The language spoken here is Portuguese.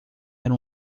era